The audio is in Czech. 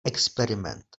experiment